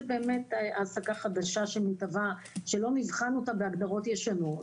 באמת העסקה חדשה שמתהווה שלא נבחן אותה בהגדרות ישנות,